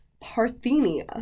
Parthenia